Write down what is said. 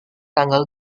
tanggal